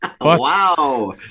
Wow